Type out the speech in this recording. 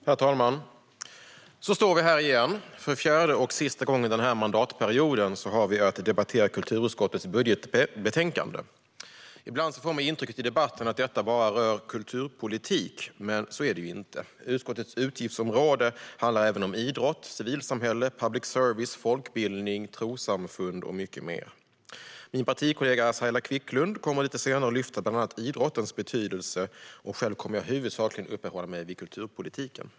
Herr talman! Så står vi här igen. För fjärde och sista gången den här mandatperioden har vi att debattera kulturutskottets budgetbetänkande. Ibland får man i debatten intrycket att detta bara rör kulturpolitik, men så är det ju inte. Utskottets utgiftsområde innefattar även idrott, civilsamhälle, public service, folkbildning, trossamfund och mycket mer. Min partikollega Saila Quicklund kommer lite senare att lyfta fram bland annat idrottens betydelse, och själv kommer jag huvudsakligen att uppehålla mig vid kulturpolitiken.